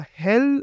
hell